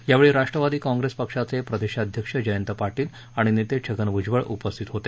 यावेळी राष्ट्रवादी काँग्रेस पक्षाचे प्रदेशाध्यक्ष जयंत पाटील आणि नेते छगन भ्जबळ उपस्थित होते